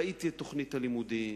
ראיתי את תוכנית הלימודים